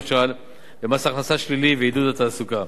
למשל במס הכנסה שלילי ועידוד התעסוקה.